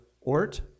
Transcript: Ort